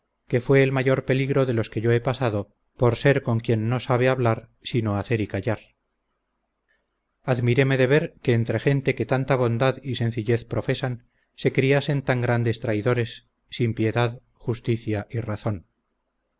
que fue el mayor peligro de los que yo he pasado por ser con quien no sabe hablar sino hacer y callar admiréme de ver que entre gente que tanta bondad y sencillez profesan se criasen tan grandes traidores sin piedad justicia y razón